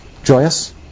Joyous